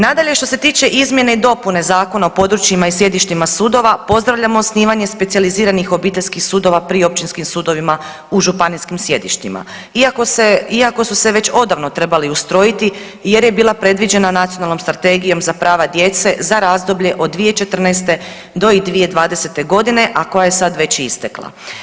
Nadalje, što se tiče izmjene i dopune Zakona o područjima i sjedištima sudova, pozdravljamo osnivanje specijaliziranih obiteljskih sudova pri općinskim sudovima u županijskim sjedištima iako se, iako su se već odavno trebali ustrojiti jer je bila predviđena Nacionalnom strategijom za prava djeca za razdoblje od 2014. do 2020. godine, a koja je sad već istekla.